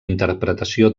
interpretació